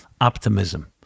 optimism